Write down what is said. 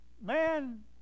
man